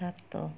ସାତ